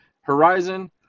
horizon